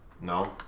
No